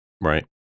right